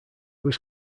was